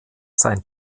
sein